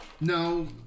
No